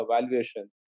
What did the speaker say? valuation